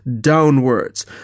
downwards